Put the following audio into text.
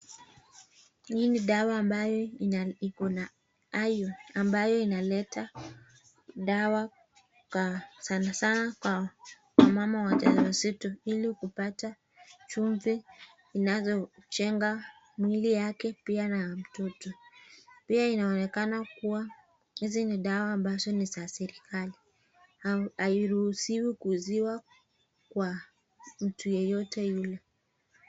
Hii ni dawa ambayo iko na iron ambayo inaleta dawa sanasana kwa wamama waja wazito ili kupata chumvi zinazojenga mwili yake pia na ya mtoto. Pia inaonekana kuwa hizi ni dawa ambazo ni za serikali au hairuhusiwi kuuziwa kwa mtu yeyote yule.